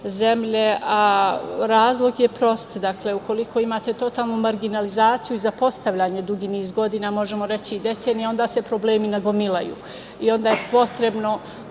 a razlog je prost. Dakle, ukoliko imate totalnu marginalizaciju i zapostavljanje dugi niz godina, možemo reći i decenijama, onda se problemi nagomilaju i onda je potrebno